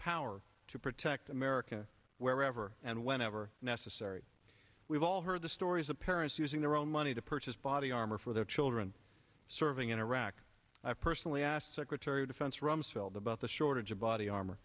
power to protect america wherever and whenever necessary we've all heard the stories of parents using their own money to purchase body armor for their children serving in iraq i personally asked secretary of defense rumsfeld about the shortage of body armor